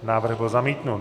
Návrh byl zamítnut.